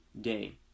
day